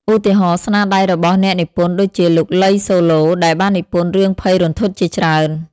ឧទាហរណ៍ ស្នាដៃរបស់អ្នកនិពន្ធដូចជាលោក ឡី សូឡូ ដែលបាននិពន្ធរឿងភ័យរន្ធត់ជាច្រើន។